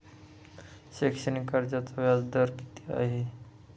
शैक्षणिक कर्जाचा व्याजदर किती आहे?